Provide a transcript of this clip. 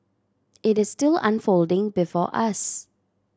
it is still unfolding before us